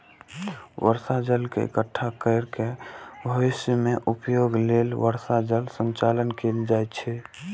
बर्षा जल के इकट्ठा कैर के भविष्य मे उपयोग लेल वर्षा जल संचयन कैल जाइ छै